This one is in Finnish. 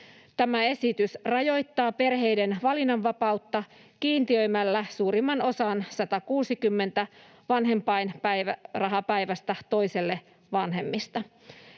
Tämä esitys rajoittaa perheiden valinnanvapautta kiintiöimällä suurimman osan 160 vanhempainpäivärahapäivästä toiselle vanhemmista,